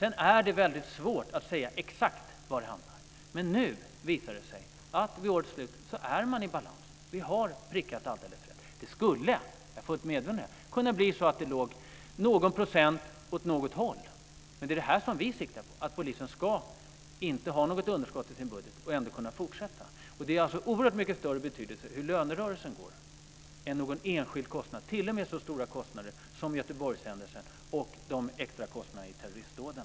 Sedan är det väldigt svårt att säga exakt var det hamnar. Men nu visar det sig att man vid årets slut är i balans. Vi har prickat alldeles rätt. Jag är fullt medveten om att det skulle kunna ligga någon procent åt något håll, men det vi siktar på är att polisen inte ska ha något underskott i sin budget och ändå kunna fortsätta. Det är alltså av oerhört mycket större betydelse hur lönerörelsen går än att det är någon enskild kostnad, t.o.m. så stora kostnader som Göteborgshändelsen medförde och de extra kostnaderna i samband med terroristdåden.